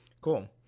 cool